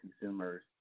consumers